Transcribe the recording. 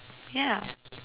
yeah